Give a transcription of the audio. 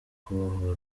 kubohora